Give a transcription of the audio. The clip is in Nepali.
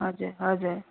हजुर हजुर